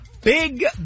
big